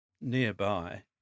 Nearby